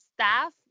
staff